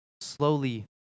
slowly